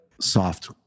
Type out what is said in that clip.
soft